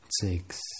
six